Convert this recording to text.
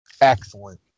Excellent